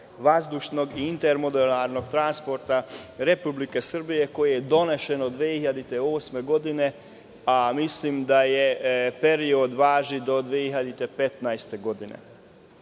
vazdušnog i inter-modularnog transporta Republike Srbije koja je donošena 2008. godine, a mislim da je period važi do 2015. godine. Ako